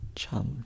chum